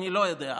אני לא יודע.